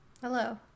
Hello